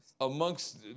Amongst